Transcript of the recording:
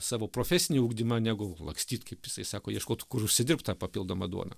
savo profesinį ugdymą negu lakstyt kaip jisai sako ieškot kur užsidirbt tą papildomą duoną